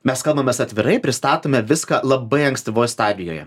mes kalbamės atvirai pristatome viską labai ankstyvoj stadijoje